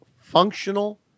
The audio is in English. functional